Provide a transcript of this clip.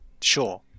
sure